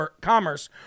Commerce